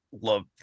love